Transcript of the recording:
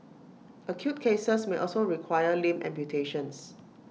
acute cases may also require limb amputations